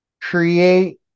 create